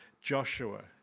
Joshua